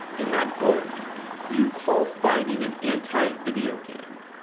in that book you called fighting an anti-videogame,